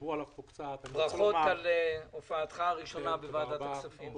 דיברו עליו פה קצת --- ברכות על הופעתך הראשונה בוועדת הכספים.